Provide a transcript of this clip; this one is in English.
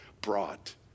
brought